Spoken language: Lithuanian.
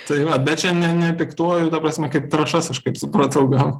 tai vat bet čia ne ne piktuoju ta prasme kaip trąšas aš kaip supratau gavo